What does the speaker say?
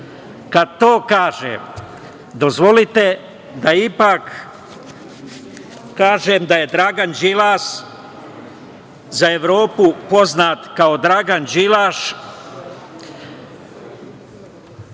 Kad to kažem, dozvolite da ipak kažem da je Dragan Đilas, za Evropu poznat kao Dragan Đilaš,